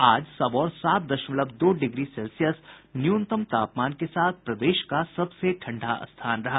आज सबौर सात दशमलव दो डिग्री सेल्सियस न्यूनतम तापमान के साथ प्रदेश का सबसे ठंडा स्थान रहा